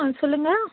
ஆ சொல்லுங்கள்